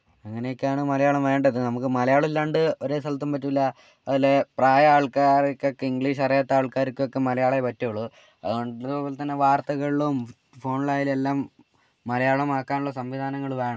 അങ്ങനെയൊക്കെയാണ് മലയാളം വേണ്ടത് നമുക്ക് മലയാളം ഇല്ലാണ്ട് ഒരു സ്ഥലത്തും പറ്റില്ല അതുപോലെ പ്രായമായ ആൾക്കാർക്കൊക്കെ ഇംഗ്ലീഷ് അറിയാത്ത ആൾക്കാർക്കൊക്കെ മലയാളമേ പറ്റുള്ളൂ അതുകൊണ്ട് അതുപോലെ തന്നെ വാർത്തകളിലും ഫോണിലായാലും എല്ലാം മലയാളമാക്കാനുള്ള സംവിധാനങ്ങൾ വേണം